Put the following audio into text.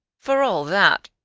for all that,